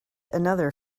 another